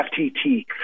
FTT